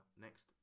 next